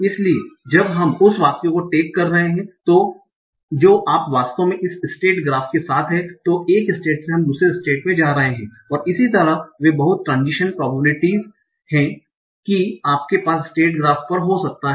इसलिए जब हम उस वाक्य को टैग कर रहे हैं जो आप वास्तव में इस स्टेट ग्राफ के साथ हैं तो एक स्टेट से हम दूसरे स्टेट में जा रहे हैं और इसी तरह वे बहुत ट्रांजीशन प्रोबेबिलिटीस हैं कि आपके पास स्टेट ग्राफ पर हो सकता है